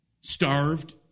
Starved